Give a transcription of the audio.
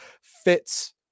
fits